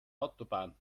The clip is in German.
autobahn